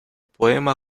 poema